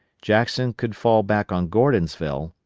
jackson could fall back on gordonsville,